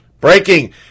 Breaking